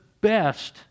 best